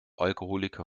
alkoholiker